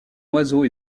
oiseau